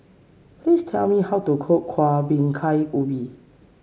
please tell me how to cook Kueh Bingka Ubi